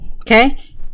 Okay